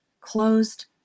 closed